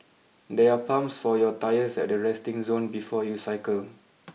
there are pumps for your tyres at the resting zone before you cycle